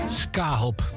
ska-hop